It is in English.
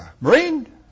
Marine